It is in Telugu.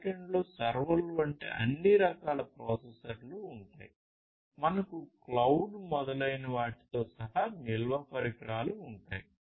బ్యాక్ ఎండ్లో సర్వర్ల వంటి అన్ని రకాల ప్రాసెసర్లు ఉంటాయి మనకు క్లౌడ్ మొదలైన వాటితో సహా నిల్వ పరికరాలు ఉంటాయి